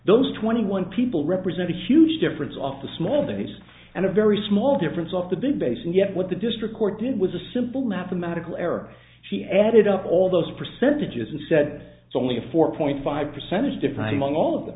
those twenty one people represent a huge difference off a small base and a very small difference of the big base and yet what the district court did was a simple mathematical error she added up all those percentages and said it's only a four point five percentage different among all of them